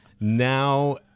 now